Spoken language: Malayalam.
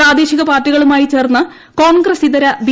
പ്രാദേശിക പാർട്ടികളുമായി ചേർന്ന് കോൺഗ്രസിതര ബി